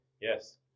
Yes